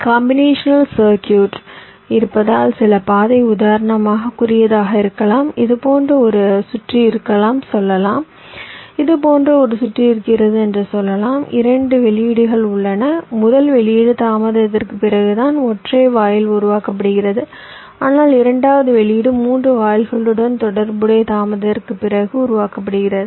combinational circuit இருப்பதால் சில பாதை உதாரணமாக குறுகியதாக இருக்கலாம் இது போன்ற ஒரு சுற்று இருக்கலாம் சொல்லலாம் இது போன்ற சுற்று இருக்கிறது என்று சொல்லலாம் 2 வெளியீடுகள் உள்ளன முதல் வெளியீடு தாமதத்திற்குப் பிறகுதான் ஒற்றை வாயில் உருவாக்கப்படுகிறது ஆனால் இரண்டாவது வெளியீடு 3 வாயில்களுடன் தொடர்புடைய தாமதத்திற்குப் பிறகு உருவாக்கப்படுகிறது